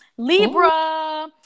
Libra